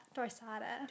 Dorsada